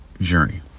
Journey